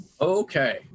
Okay